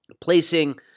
placing